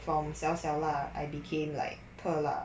from 小小辣 I became like 特辣